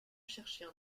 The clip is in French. chercher